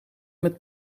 met